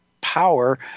Power